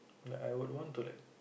like I would want to like